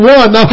one